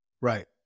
Right